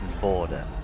border